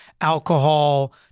alcohol